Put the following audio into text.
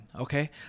okay